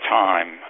time